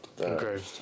Okay